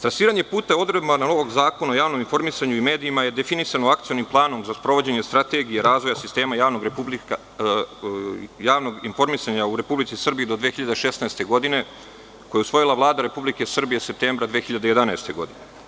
Trasiranje puta odredbama ovog zakona o javnom informisanju i medijima je definisan Akcionim planom za sprovođenje strategije, razvoja sistema javnog informisanja u Republici Srbiji do 2016. godine, koji je usvojila Vlada Republike Srbije, septembra 2011. godine.